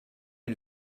est